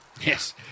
Yes